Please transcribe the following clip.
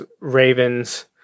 Ravens